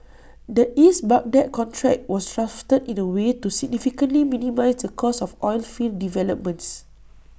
the east Baghdad contract was drafted in A way to significantly minimise the cost of oilfield developments